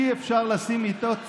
אי-אפשר לשים מיטת סדום,